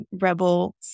rebel